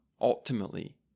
ultimately